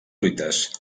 fruites